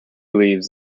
leaves